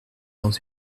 dans